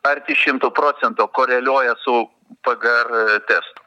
arti šimto procento koreliuoja su pgr testu